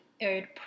aired